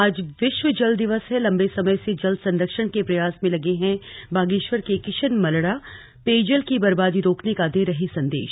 आज विश्व जल दिवस है लंबे समय से जल संरक्षण के प्रयास में लगे हैं बागेश्वर के किशन मलड़ापेयजल की बर्बादी रोकने का दे रहे संदेश